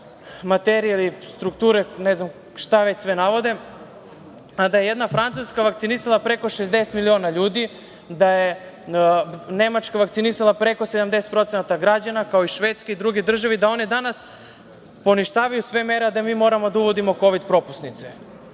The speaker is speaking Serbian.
materije ili strukture, ne znam šta već sve navode, a da je jedna Francuska vakcinisala preko 60 miliona ljudi, da je Nemačka vakcinisala preko 70% građana, kao i Švedska, kao i druge države i da one danas poništavaju sve mere, a da mi moramo da uvodimo kovid propusnice. Moramo